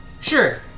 Sure